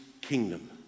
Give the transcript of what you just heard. kingdom